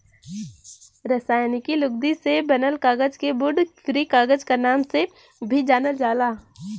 रासायनिक लुगदी से बनल कागज के वुड फ्री कागज क नाम से भी जानल जाला